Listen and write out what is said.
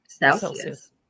Celsius